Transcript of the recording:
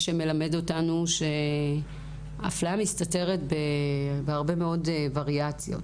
זה מלמד אותנו שאפליה מסתתרת בהרבה מאוד וריאציות.